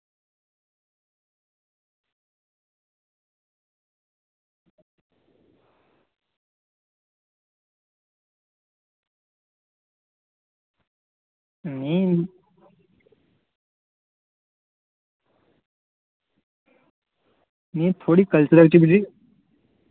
नेईं थोह्ड़ी cultural activity